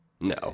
no